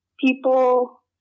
people